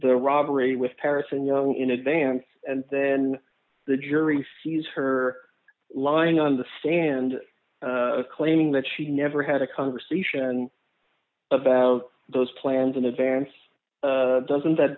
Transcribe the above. the robbery with paris and you know in advance and then the jury sees her lying on the stand claiming that she never had a conversation about those plans in advance doesn't that